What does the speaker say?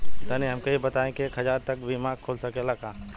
तनि हमके इ बताईं की एक हजार तक क बीमा खुल सकेला का?